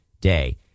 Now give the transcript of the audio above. day